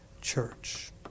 church